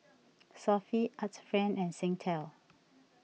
Sofy Arts Friend and Singtel